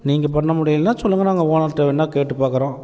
நீங்கள் பண்ண முடியலயனா சொல்லுங்க நாங்கள் ஓனர்கிட்ட வேண்ணா கேட்டு பார்க்குறோம்